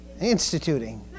Instituting